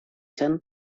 zen